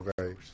Okay